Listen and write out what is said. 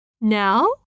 Now